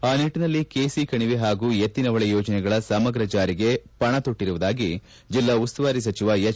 ಆ ನಿಟ್ಟನಲ್ಲಿ ಕೆಸಿ ಕಣಿವೆ ಹಾಗೂ ಎತ್ತಿನಹೊಳೆ ಯೋಜನೆಗಳ ಸಮಗ್ರ ಜಾರಿಗೆ ಪಣ ತೊಟ್ಟರುವುದಾಗಿ ಜೆಲ್ಲಾ ಉಸ್ತುವಾರಿ ಸಚಿವ ಹೆಚ್